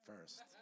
first